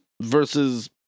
versus